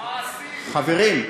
חברים,